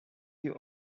you